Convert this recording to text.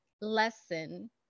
lesson